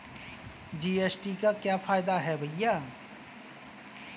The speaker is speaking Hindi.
जी.एस.टी का क्या फायदा है भैया?